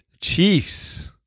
Chiefs